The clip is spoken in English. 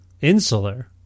insular